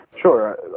Sure